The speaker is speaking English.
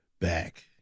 back